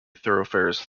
thoroughfares